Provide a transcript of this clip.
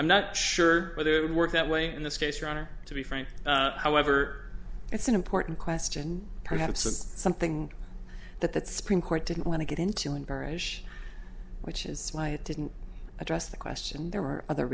i'm not sure whether it would work that way in this case your honor to be frank however it's an important question perhaps it's something that that spring court didn't want to get into and berish which is why it didn't address the question there were other